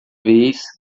vez